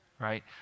right